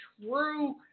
true